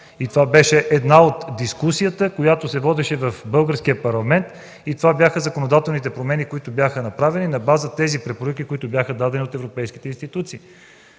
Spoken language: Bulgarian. Това беше една от дискусиите, която се водеше в Българския парламент. Това бяха законодателните промени, направени на база препоръките, които бяха дадени от европейските институции,